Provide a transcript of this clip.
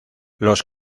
los